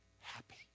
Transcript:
happy